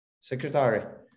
secretary